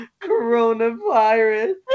coronavirus